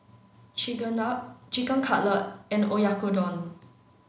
Chigenabe Chicken Cutlet and Oyakodon